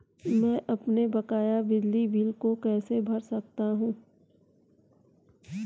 मैं अपने बकाया बिजली बिल को कैसे भर सकता हूँ?